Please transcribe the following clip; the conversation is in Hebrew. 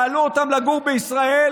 יעלו אותם לגור בישראל,